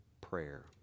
prayer